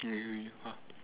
I agree